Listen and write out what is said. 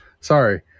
sorry